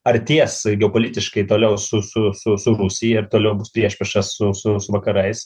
ar ties geopolitiškai toliau su su su su rusija ir toliau bus priešprieša su su su vakarais